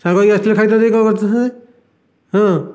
ସାଙ୍ଗ ହେଇକି ଆସିଥିଲେ ଖାଇଥାନ୍ତେ କି କ'ଣ କରିଥାନ୍ତେ ହଁ